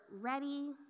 ready